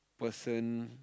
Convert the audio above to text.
person